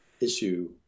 issue